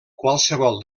qualsevol